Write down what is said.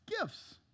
gifts